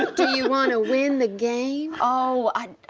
do you wanna win the game? oh, i, i,